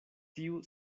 tiu